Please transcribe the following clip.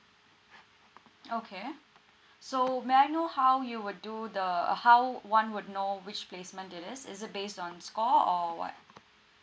okay so may I know how you would do the uh how one would know which placement it is is it based on score or what